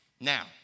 Now